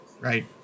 right